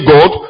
God